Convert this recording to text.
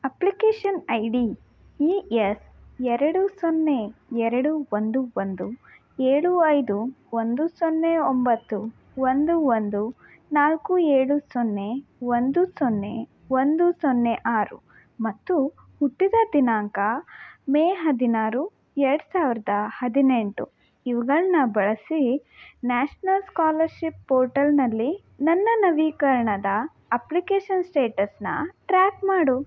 application ID E S ಎರಡು ಸೊನ್ನೇ ಎರಡು ಒಂದು ಒಂದು ಏಳು ಐದು ಒಂದು ಸೊನ್ನೆ ಒಂಬತ್ತು ಒಂದು ಒಂದು ನಾಲ್ಕು ಏಳು ಸೊನ್ನೆ ಒಂದು ಸೊನ್ನೆ ಒಂದು ಸೊನ್ನೆ ಆರು ಮತ್ತು ಹುಟ್ಟಿದ ದಿನಾಂಕ ಮೇ ಹದಿನಾರು ಎರಡು ಸಾವಿರದ ಹದಿನೆಂಟು ಇವ್ಗಳನ್ನ ಬಳಸಿ ನ್ಯಾಷ್ನಲ್ ಸ್ಕಾಲರ್ಶಿಪ್ ಪೋರ್ಟಲ್ನಲ್ಲಿ ನನ್ನ ನವೀಕರ್ಣದ ಅಪ್ಲಿಕೇಶನ್ ಸ್ಟೇಟಸ್ನ ಟ್ರ್ಯಾಕ್ ಮಾಡು